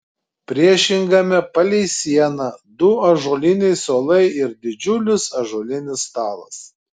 priešingame palei sieną du ąžuoliniai suolai ir didžiulis ąžuolinis stalas